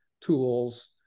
tools